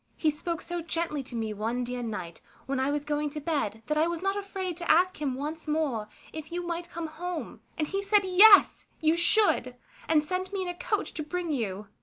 he spoke so gently to me one dear night when i was going to bed, that i was not afraid to ask him once more if you might come home and he said yes, you should and sent me in a coach to bring you.